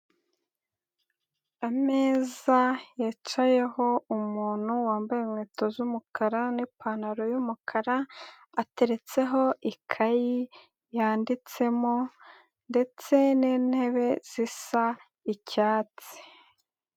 Ameza yicayeho umuntu wambaye inkweto z'umukara n'ipantaro y'umukara, ateretseho ikayi yanditsemo, ndetse n'intebe zisa icyatsi.